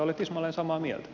olen tismalleen samaa mieltä